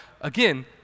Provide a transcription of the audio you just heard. again